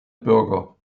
bürger